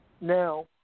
Now